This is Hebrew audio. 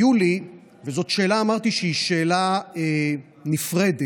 וזאת שאלה, אמרתי שהיא שאלה נפרדת,